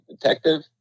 detective